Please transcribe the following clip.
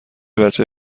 بچه